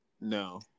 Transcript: No